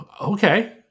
okay